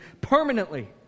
permanently